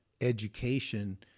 education